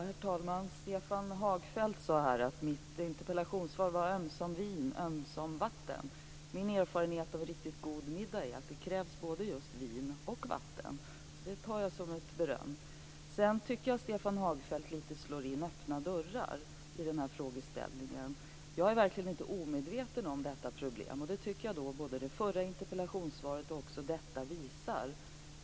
Herr talman! Stefan Hagfeldt sade att mitt interpellationssvar var ömsom vin, ömsom vatten. Min erfarenhet av en riktigt god middag är att det krävs både vin och vatten. Det tar jag som ett beröm. Jag tycker att Stefan Hagfeldt lite slår in öppna dörrar i den här frågeställningen. Jag är verkligen inte omedveten om detta problem. Det tycker jag att både det förra interpellationssvaret och detta visar.